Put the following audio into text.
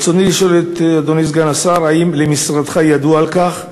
רצוני לשאול את אדוני סגן השר: 1. האם למשרדך ידוע על כך?